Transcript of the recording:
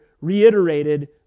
reiterated